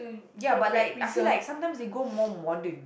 ya but like I feel like sometimes they go more modern